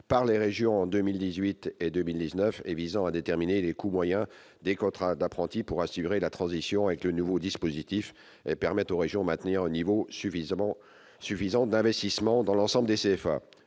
par les régions en 2018 et en 2019 et visant à déterminer les coûts moyens des contrats d'apprenti pour assurer la transition avec le nouveau dispositif et permettre aux régions de maintenir un niveau suffisant d'investissement dans l'ensemble des CFA.